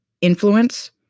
influence